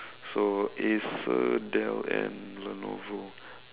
so Acer Dell and Lenovo